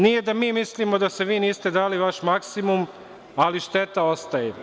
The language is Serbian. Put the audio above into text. Nije da mi mislimo da vi niste dali vaš maksimum, ali šteta ostaje.